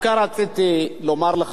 דווקא רציתי לומר לך,